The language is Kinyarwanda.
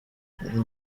hassan